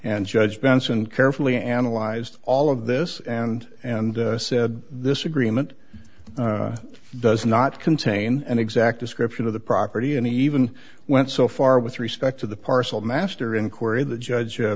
and judge benson carefully analyzed all of this and and said this agreement does not contain an exact description of the property and even went so far with respect to the parcel master inquiry the judge